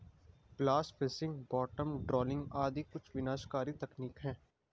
blast fishing, bottom trawling आदि कुछ विनाशकारी तकनीक है